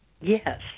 Yes